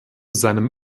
seinem